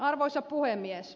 arvoisa puhemies